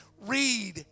Read